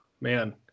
man